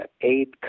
aid